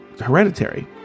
Hereditary